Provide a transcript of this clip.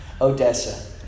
Odessa